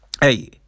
hey